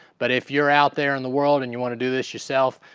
but if you're out there in the world and you want to do this yourself,